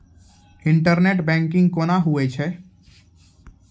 Internet banking कोना होय छै?